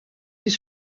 des